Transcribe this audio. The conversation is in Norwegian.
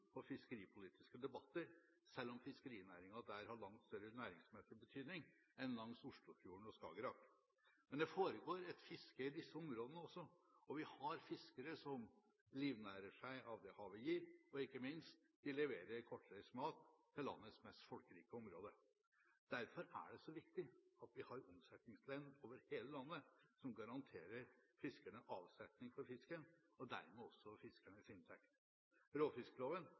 på fiskeripolitiske debatter, selv om fiskerinæringen der har langt større næringsmessig betydning enn langs Oslofjorden og Skagerrak. Men det foregår et fiske i disse områdene også, og vi har fiskere som livnærer seg av det havet gir, og ikke minst: De leverer kortreist mat til landets mest folkerike område. Derfor er det så viktig at vi har omsetningsledd over hele landet som garanterer fiskerne avsetning for fisken, og dermed også